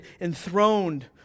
enthroned